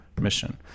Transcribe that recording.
mission